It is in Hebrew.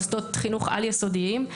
מוסדות חינוך על יסודיים.